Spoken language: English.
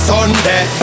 Sunday